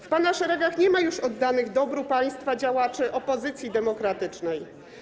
W pana szeregach nie ma już oddanych dobru państwa działaczy opozycji demokratycznej.